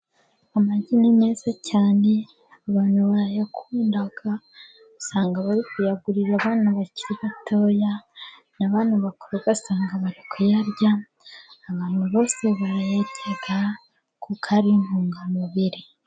Amagi ni meza cyane abantu barayakunda usanga bari kuyagurira abana bakiri bato, n'abankuru ugasanga bari kuyarya, abantu bose barayarya kuko ari intungamubiri.